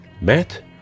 Matt